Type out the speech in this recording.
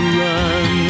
run